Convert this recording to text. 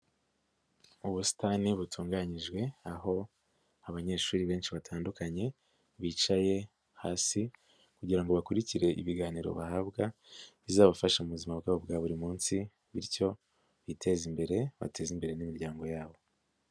Ubusitani butunganyijwe, aho abanyeshuri benshi batandukanye, bicaye hasi kugira ngo bakurikire ibiganiro bahabwa, bizabafasha mu buzima bwabo bwa buri munsi, bityo biteze imbere, bateze imbere n'imiryango yabo.